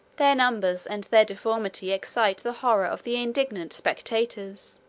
their numbers and their deformity excite the horror of the indignant spectators,